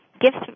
gifts